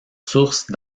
source